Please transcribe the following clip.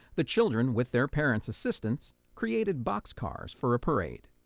the children, with their parent's assistance, created boxcars for a parade.